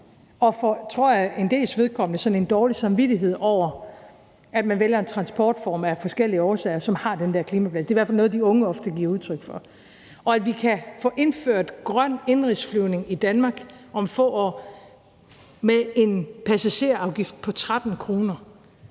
jeg, for en dels vedkommende dårlig samvittighed over, at man af forskellige årsager vælger en transportform, som har den der klimabelastning – det er i hvert fald noget, de unge ofte giver udtryk for – og at vi kan få indført grøn indenrigsflyvning i Danmark om få år med en passagerafgift på 13 kr.